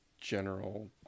general